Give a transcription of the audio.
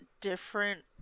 different